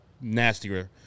nastier